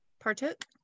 Partook